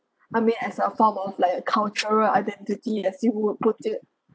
I mean as a form of like a cultural identity as you would put it